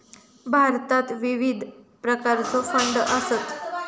भारतात विविध प्रकारचो फंड आसत